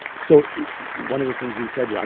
so one of the things we said, yeah